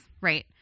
Right